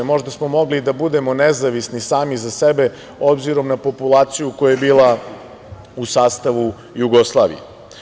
Možda smo mogli da budemo nezavisni sami za sebe obzirom na populaciju koja je bila u sastavu Jugoslavije.